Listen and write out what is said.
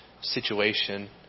situation